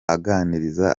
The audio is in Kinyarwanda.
aganiriza